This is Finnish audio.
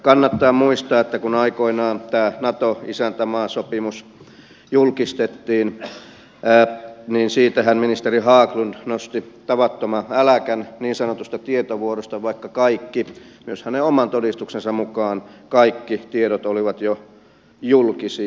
kannattaa muistaa että kun aikoinaan tämä nato isäntämaasopimus julkistettiin niin ministeri haglund nosti tavattoman äläkän niin sanotusta tietovuodosta vaikka kaikki myös hänen oman todistuksensa mukaan tiedot olivat jo julkisia